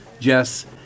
Jess